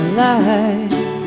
light